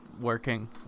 working